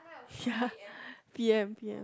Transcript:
ya P_M P_M